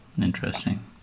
Interesting